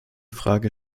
frage